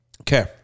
Okay